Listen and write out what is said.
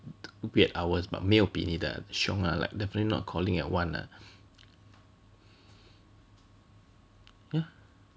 weird hours but 没有比你的凶 lah like definitely not calling at one ah yeah